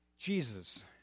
Jesus